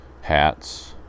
hats